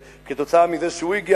וכתוצאה מזה שהוא הגיע,